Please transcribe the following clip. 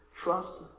Trust